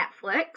Netflix